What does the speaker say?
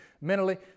mentally